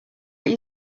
your